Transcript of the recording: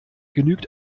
genügt